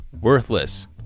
Worthless